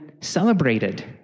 celebrated